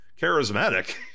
charismatic